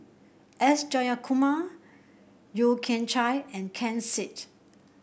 S Jayakumar Yeo Kian Chye and Ken Seet